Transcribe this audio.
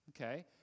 Okay